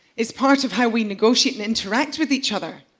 it's part of how we negotiate and interact with each other.